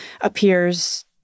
appears